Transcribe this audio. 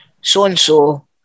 so-and-so